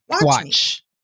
watch